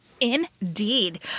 Indeed